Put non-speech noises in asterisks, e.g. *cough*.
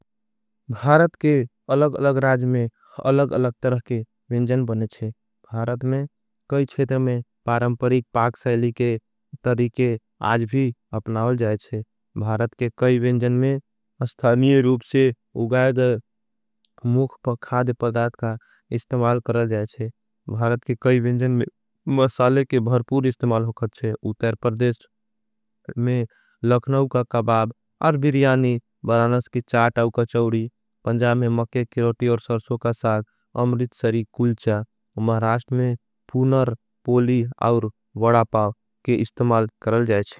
भारत के अलग-अलग राज में अलग अलग तरह के विन्जन बने छे। भारत में कई छेतर में परमपरिक पाक सैली के तरीके आज भी अपनाल जाये छे। भारत के कई विन्जन में अस्थानिय रूप से उगाएद *hesitation* मुख खाद पदात का इस्तेमाल कर जाये छे। भारत के कई विन्जन में मसाले के भरपूर इस्तेमाल हो खाद छे। उतरपर्देश में *hesitation* लखनाव का कबाब और बिरियानी। बरानस की चाट और कचोड़ी, पंजा में मके की रोटी और सरसो का साथ, अमरिज सरी कुल्चा, महराश्ट में पूनर, पोली और वड़ापा के इस्तेमाल कर जाये छे।